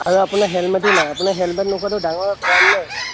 আৰু আপোনাৰ হেলমেটো নাই আপোনাৰ হেলমেট নথকাটো এটা ডাঙৰ ক্ৰাইম ন এটা